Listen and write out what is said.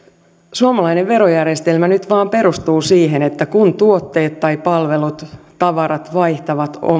suomalainen verojärjestelmä nyt vaan perustuu siihen että kun tuotteet tai palvelut tavarat vaihtavat